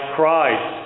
Christ